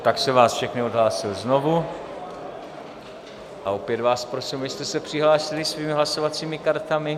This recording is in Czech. Tak jsem vás všechny odhlásil znovu a opět vás prosím, abyste se přihlásili svými hlasovacími kartami.